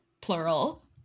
plural